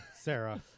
Sarah